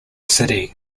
city